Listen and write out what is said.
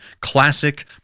classic